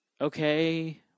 okay